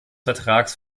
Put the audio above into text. vertrags